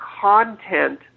content